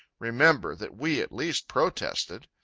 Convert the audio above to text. remember that we at least protested.